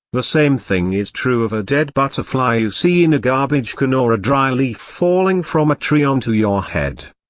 the same thing is true of a dead butterfly you see in a garbage can or a dry leaf falling from a tree onto your head.